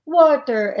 water